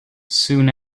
soon